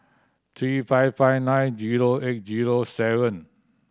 three five five nine zero eight zero seven